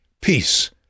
Peace